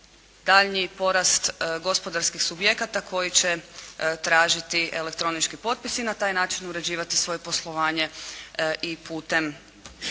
daljnji porast gospodarskih subjekata koji će tražiti elektronički potpis i na taj način uređivati svoje poslovanje i putem